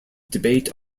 debate